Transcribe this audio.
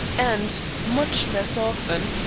and, much less often,